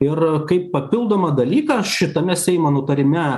ir kaip papildomą dalyką šitame seimo nutarime